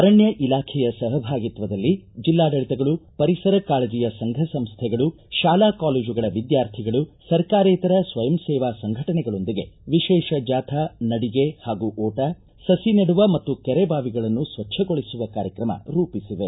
ಅರಣ್ಯ ಇಲಾಖೆಯ ಸಹಭಾಗಿತ್ವದಲ್ಲಿ ಜಿಲ್ಲಾಡಳಿತಗಳು ಪರಿಸರ ಕಾಳಜಿಯ ಸಂಘ ಸಂಸೈಗಳು ಶಾಲಾ ಕಾಲೇಜುಗಳ ವಿದ್ಯಾರ್ಥಿಗಳು ಸರ್ಕಾರೇತರ ಸ್ವಯಂ ಸೇವಾ ಸಂಘಟನೆಗಳೊಂದಿಗೆ ವಿಶೇಷ ಜಾಥಾ ನಡಿಗೆ ಹಾಗೂ ಓಟ ಸುಿ ನೆಡುವ ಮತ್ತು ಕೆರೆ ಬಾವಿಗಳನ್ನು ಸ್ವಚ್ಛಗೊಳಿಸುವ ಕಾರ್ಯಕ್ರಮ ರೂಪಿಸಿವೆ